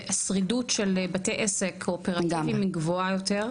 השרידות של בתי עסק קואופרטיבים היא גבוהה יותר.